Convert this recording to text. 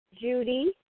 Judy